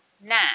now